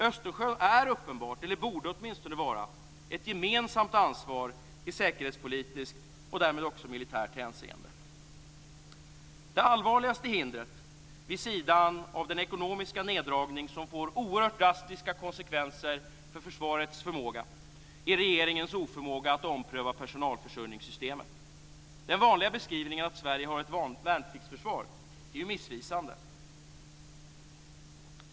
Östersjön är uppenbart, eller borde åtminstone vara, ett gemensamt ansvar i säkerhetspolitiskt och därmed också militärt hänseende. Det allvarligaste hindret vid sidan av den ekonomiska neddragning som får oerhört drastiska konsekvenser för försvarets förmåga är regeringens oförmåga att ompröva personalförsörjningssystemet. Den vanliga beskrivningen, att Sverige har ett värnpliktsförsvar, är missvisande.